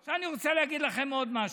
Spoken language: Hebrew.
עכשיו אני רוצה להגיד לכם עוד משהו.